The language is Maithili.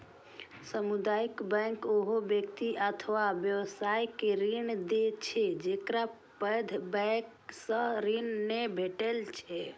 सामुदायिक बैंक ओहन व्यक्ति अथवा व्यवसाय के ऋण दै छै, जेकरा पैघ बैंक सं ऋण नै भेटै छै